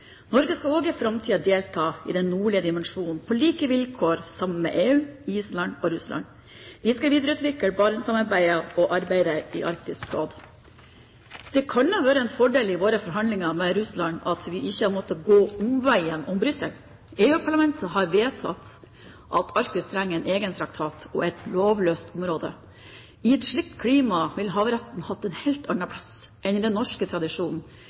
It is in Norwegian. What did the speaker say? Norge skal også i framtiden delta i «Den nordlige dimensjonen», på like vilkår med EU, Island og Russland. Vi skal videreutvikle Barentssamarbeidet og arbeidet i Arktisk Råd. Det kan ha vært en fordel i våre forhandlinger med Russland at vi ikke har måttet gå omveien om Brussel. EU-parlamentet har vedtatt at Arktis trenger en egen traktat og er et lovløst område. I et slikt klima ville havretten hatt en helt annen plass enn i den norske tradisjonen,